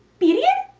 period?